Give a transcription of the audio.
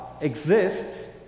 exists